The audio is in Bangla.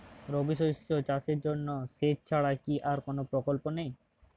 রবি শস্য চাষের জন্য সেচ ছাড়া কি আর কোন বিকল্প নেই?